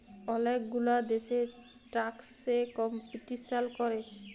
ওলেক গুলা দ্যাশে ট্যাক্স এ কম্পিটিশাল ক্যরে